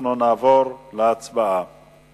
ההצעה להעביר את הצעת חוק החוזים האחידים (תיקון מס'